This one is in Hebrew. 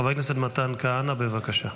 חבר הכנסת מתן כהנא, בבקשה.